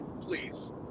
Please